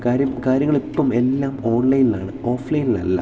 കാര്യം കാര്യങ്ങൾ ഇപ്പം എല്ലാം ഓൺലൈനിൽ ആണ് ഓഫ്ലൈനിൽ അല്ല